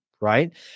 right